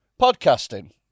Podcasting